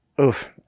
Oof